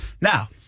now